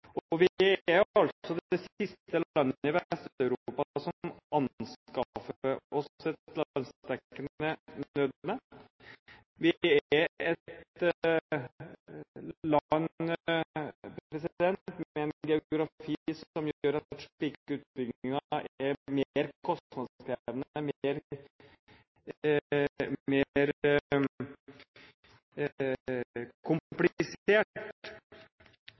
Vi er altså det siste landet i Vest-Europa som anskaffer oss et landsdekkende nødnett. Vi er et land med en geografi som gjør at slike utbygginger er mer kostnadskrevende og mer